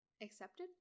Accepted